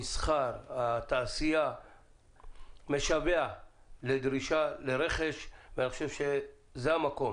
המסחר, התעשייה משווע לדרישה לרכש, זה המקום